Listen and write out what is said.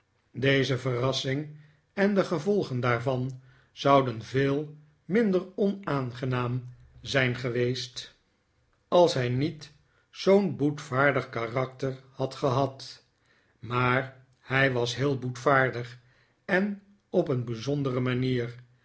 deze verrassing en de gevolgen daarvan zouden veel minder onaangenaam zijn gedavid copperfield weest als hij niet zoo'n boetvaardig karakter had gehad maar hij was heel boetvaardig en op een bijzondere manier